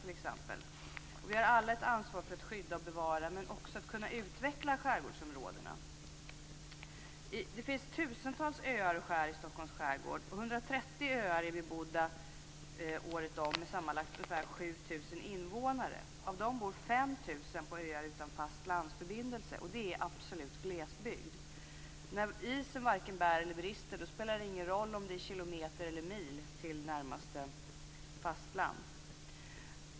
Vi har alla ett ansvar för att skydda och bevara men också att utveckla skärgårdsområdena. Det finns tusentals öar i Stockholms skärgård. 130 öar är bebodda året om med sammanlagt ungefär 7 000 invånare. Av dem bor 5 000 på öar utan fastlandsförbindelse. Det är absolut glesbygd. När isen varken bär eller brister spelar det ingen roll om det är en kilometer eller en mil till närmaste fastland.